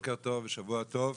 בוקר טוב ושבוע טוב.